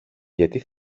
γιατί